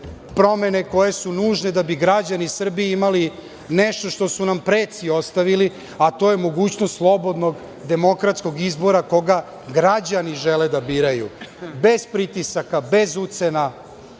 promene koje su nužne da bi građani Srbije imali nešto što su nam preci ostavili, a to je mogućnost slobodnog demokratskog izbora koga građani žele da biraju, bez pritisaka, bez ucena,